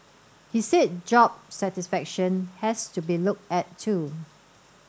he said job satisfaction has to be looked at too